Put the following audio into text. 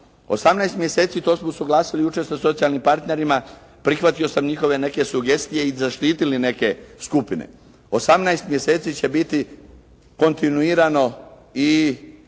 18 mjeseci, to smo usuglasili jučer sa socijalnim partnerima, prihvatio sam njihove neke sugestije i zaštitili neke skupine. 18 mjeseci će biti kontinuirano i